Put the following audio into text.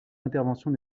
intervention